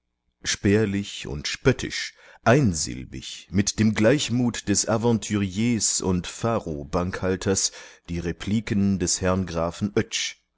spärlich und spöttisch einsilbig mit dem gleichmut des aventuriers und faro bankhalters die repliken des herrn grafen